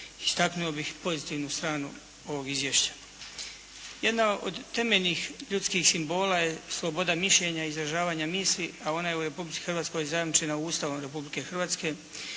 istaknuo bih pozitivnu stranu ovog izvješća. Jedna od temeljnih ljudskih simbola je sloboda mišljenja i izražavanja misli, a ona je u Republici Hrvatskoj zajamčena Ustavom Republike Hrvatske